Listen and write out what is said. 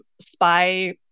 spy